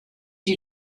you